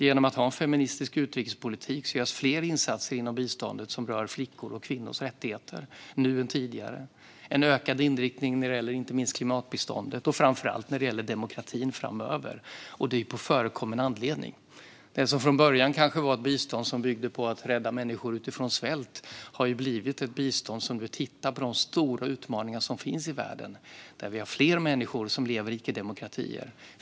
Genom att vi fört en feministisk utrikespolitik görs fler insatser inom biståndet som rör flickors och kvinnors rättigheter än tidigare. Det är en ökad inriktning mot inte minst klimatbiståndet och demokratifrågor, och det sker på förekommen anledning. Det som från början var ett bistånd som byggde på att rädda människor från svält har blivit ett bistånd som tittar på de stora utmaningar som finns i världen. Det finns fler människor som lever i icke-demokratier.